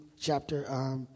chapter